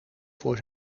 voor